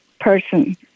person